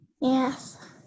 yes